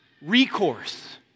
recourse